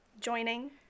joining